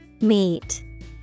Meet